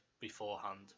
beforehand